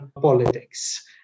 politics